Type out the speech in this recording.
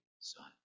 son